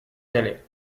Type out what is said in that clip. calais